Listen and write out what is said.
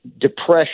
depression